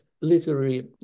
literary